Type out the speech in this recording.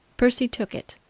percy took it.